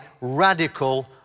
radical